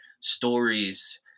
stories